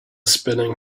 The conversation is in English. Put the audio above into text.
spinning